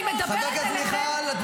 חברת הכנסת מיכל.